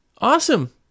awesome